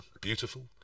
beautiful